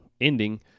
ending